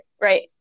right